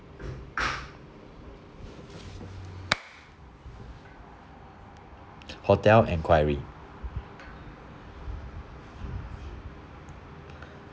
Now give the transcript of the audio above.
hotel enquiry